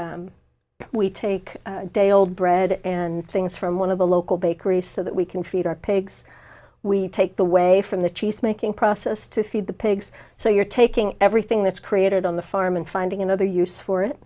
we take day old bread and things from one of the local bakery so that we can feed our pigs we take the way from the cheese making process to feed the pigs so you're taking everything that's created on the farm and finding another use for